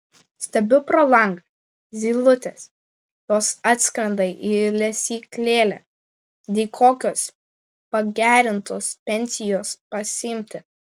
stebiu pro langą zylutes jos atskrenda į lesyklėlę lyg kokios pagerintos pensijos pasiimti